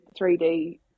3D